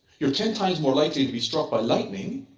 you're ten times more likely to be struck by lightning,